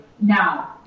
now